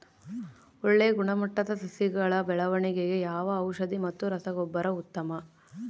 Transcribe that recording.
ಒಳ್ಳೆ ಗುಣಮಟ್ಟದ ಸಸಿಗಳ ಬೆಳವಣೆಗೆಗೆ ಯಾವ ಔಷಧಿ ಮತ್ತು ರಸಗೊಬ್ಬರ ಉತ್ತಮ?